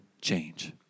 change